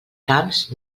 camps